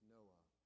Noah